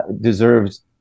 deserves